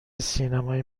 سینمای